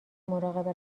مراقب